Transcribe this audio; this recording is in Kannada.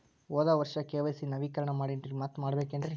ಹೋದ ವರ್ಷ ಕೆ.ವೈ.ಸಿ ನವೇಕರಣ ಮಾಡೇನ್ರಿ ಮತ್ತ ಮಾಡ್ಬೇಕೇನ್ರಿ?